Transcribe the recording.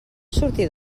sortir